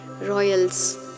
royals